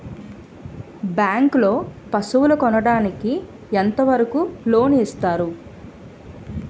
Bank లో పశువుల కొనడానికి ఎంత వరకు లోన్ లు ఇస్తారు?